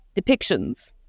depictions